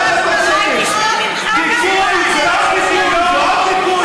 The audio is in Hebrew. בוא נשמע שאתה מגנה את הטרור.